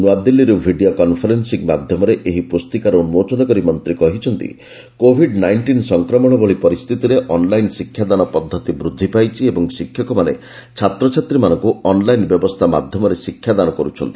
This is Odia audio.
ନୂଆଦିଲ୍ଲୀରୁ ଭିଡ଼ିଓ କନ୍ଫରେନ୍ ି ମାଧ୍ୟମରେ ଏହି ପୁସ୍ତିକାର ଉନ୍ଦୋଚନ କରି ମନ୍ତ୍ରୀ କହିଛନ୍ତି କୋଭିଡ୍ ନାଇଷ୍ଟିନ୍ ସଂକ୍ରମଣ ଭଳି ପରିସ୍ଥିତିରେ ଅନ୍ଲାଇନ୍ ଶିକ୍ଷାଦାନ ପଦ୍ଧତି ବୃଦ୍ଧି ପାଇଛି ଓ ଶିକ୍ଷକମାନେ ଛାତ୍ରଛାତ୍ରୀମାନଙ୍କୁ ଅନ୍ଲାଇନ୍ ବ୍ୟବସ୍କା ମାଧ୍ୟମରେ ଶିକ୍ଷାଦାନ କରୁଛନ୍ତି